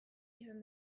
izan